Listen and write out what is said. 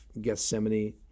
Gethsemane